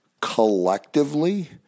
collectively